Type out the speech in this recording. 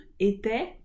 était